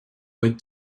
went